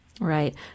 Right